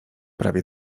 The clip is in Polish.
prawie